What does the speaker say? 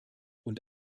und